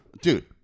Dude